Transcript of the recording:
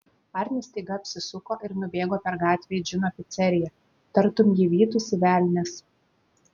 arnis staiga apsisuko ir nubėgo per gatvę į džino piceriją tartum jį vytųsi velnias